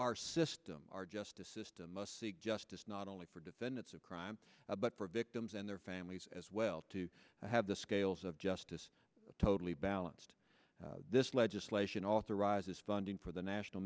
our system our justice system must seek justice not only for defendants of crime but for victims and their families as well to have the scales of justice totally balanced this legislation authorizes funding for the national